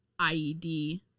IED